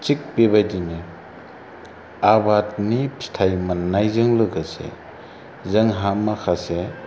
थिख बेबायदिनो आबादनि फिथाय मोननायजों लोगोसे जोंहा माखासे